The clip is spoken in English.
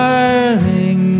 Darling